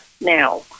now